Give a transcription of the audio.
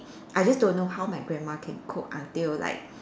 I just don't know how my grandma can cook until like